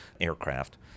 aircraft